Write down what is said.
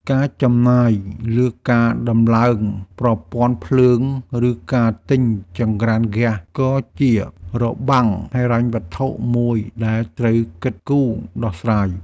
ការចំណាយលើការដំឡើងប្រព័ន្ធភ្លើងឬការទិញចង្ក្រានហ្គាសក៏ជារបាំងហិរញ្ញវត្ថុមួយដែលត្រូវគិតគូរដោះស្រាយ។